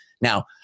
Now